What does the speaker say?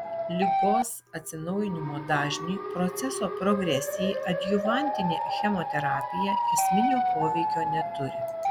ligos atsinaujinimo dažniui proceso progresijai adjuvantinė chemoterapija esminio poveikio neturi